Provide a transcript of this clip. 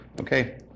Okay